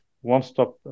one-stop